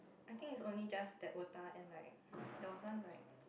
I think it's only just that otah and like there was once like